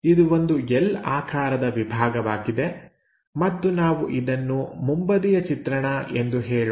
ಇದು ಒಂದು ಎಲ್ ಆಕಾರದ ವಿಭಾಗವಾಗಿದೆ ಮತ್ತು ನಾವು ಇದನ್ನು ಮುಂಬದಿಯ ಚಿತ್ರಣ ಎಂದು ಹೇಳೋಣ